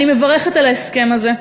אני מברכת על ההסכם הזה.